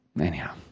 Anyhow